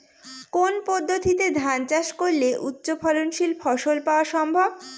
কোন পদ্ধতিতে ধান চাষ করলে উচ্চফলনশীল ফসল পাওয়া সম্ভব?